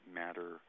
matter